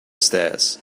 stairs